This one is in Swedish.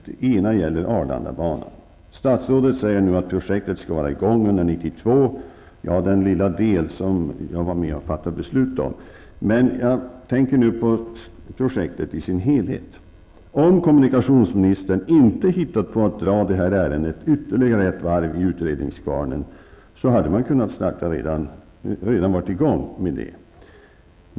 Det ena gäller Arlandabanan. Statsrådet säger nu att projektet skall vara i gång under 1992. Ja, det är den lilla del som jag var med och fattade beslut om, men jag tänker på projektet i sin helhet. Om kommunikationsministern inte hade hittat på att dra ärendet ytterligare ett varv i utredningskvarnen hade det redan varit i gång.